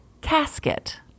casket